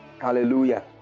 Hallelujah